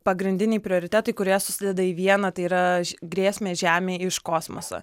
pagrindiniai prioritetai kurie susideda į vieną tai yra grėsmę žemei iš kosmoso